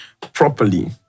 properly